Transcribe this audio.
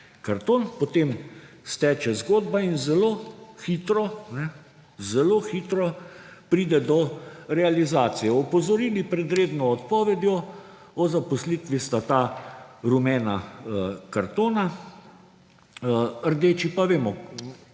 karton, potem steče zgodba in zelo hitro, zelo hitro pride do realizacije; opozorili pred redno odpovedjo zaposlitve sta ta rumena kartona, rdeči pa vemo: